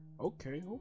okay